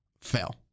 Fail